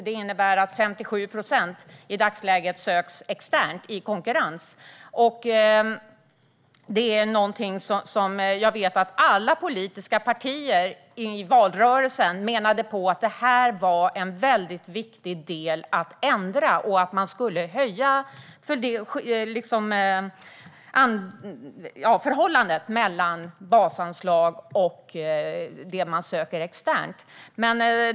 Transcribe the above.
Det innebär att 57 procent av anslagen i dagsläget söks externt i konkurrens. Jag vet att alla politiska partier i valrörelsen menade på att frågan om basanslagen är något som det är viktigt att ändra. Förhållandet mellan basanslag och det som söks externt måste förändras.